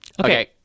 Okay